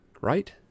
right